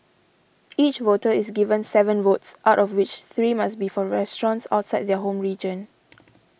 each voter is given seven votes out of which three must be for restaurants outside their home region